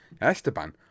Esteban